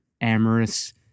amorous